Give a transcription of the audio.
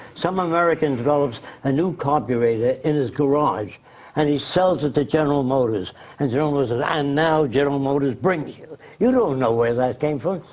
some american develops a new carburetor in his garage and he sells it to general motors and general motors says, and now general motors brings you. you don't know where that came from.